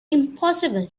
impossible